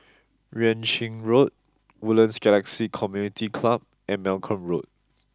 Yuan Ching Road Woodlands Galaxy Community Club and Malcolm Road